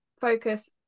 focus